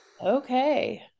Okay